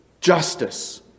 Justice